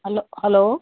hello hello